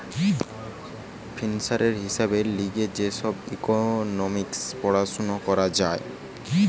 ফিন্যান্সের হিসাবের লিগে যে ইকোনোমিক্স পড়াশুনা করা হয়